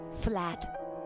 Flat